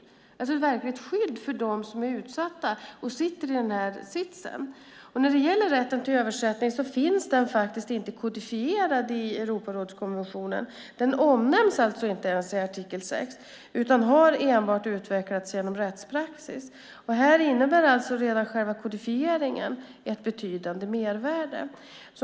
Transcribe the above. Det gäller ett verkligt skydd för dem som är utsatta och befinner sig i den här sitsen. Rätten till översättning finns inte kodifierad i Europarådskonventionen. Den omnämns inte ens i artikel 6 utan har utvecklats enbart genom rättspraxis. Här innebär redan själva kodifieringen ett betydande mervärde.